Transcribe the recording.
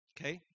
Okay